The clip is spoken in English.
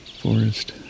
forest